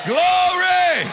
Glory